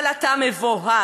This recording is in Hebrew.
אבל אתה מבוהל.